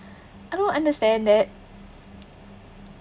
I don't understand that